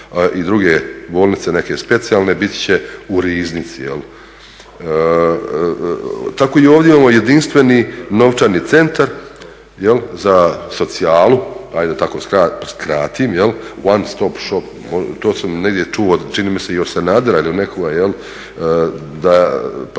i druge bolnice neke specijalne biti će u riznici. Tako i ovdje imamo Jedinstveni novčani centar za socijalu, ajde da tako skratim, one stop shop, to sam negdje čuo čini mi se i od Sanadera ili nekoga pa ne daj